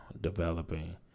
developing